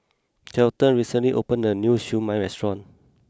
Kelton recently opened a new Siew Mai Restaurant